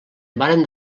varen